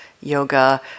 yoga